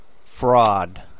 fraud